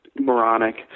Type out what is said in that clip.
moronic